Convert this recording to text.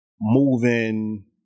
moving